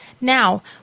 Now